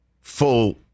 full